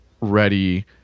ready